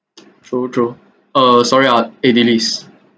true true uh sorry ah dilys